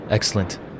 Excellent